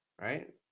right